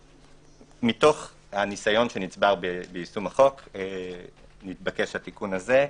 מתוך הניסיון שנצבר ביישום החוק התבקש התיקון הזה.